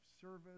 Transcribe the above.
service